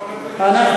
נכון, אדוני?